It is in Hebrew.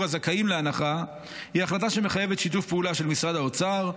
הזכאים להנחה היא החלטה שמחייבת שיתוף פעולה של משרד האוצר,